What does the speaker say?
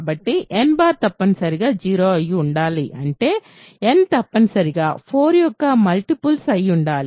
కాబట్టి n తప్పనిసరిగా 0 అయి ఉండాలి అంటే n తప్పనిసరిగా 4 యొక్క మల్టిపుల్ అయి ఉండాలి